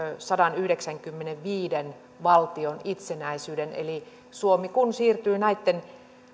sadanyhdeksänkymmenenviiden valtion itsenäisyyden eli suomi kun siirtyy näitten